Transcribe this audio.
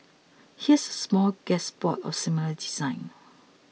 here's a smorgasbord of similar designs